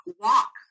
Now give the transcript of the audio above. walk